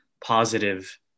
positive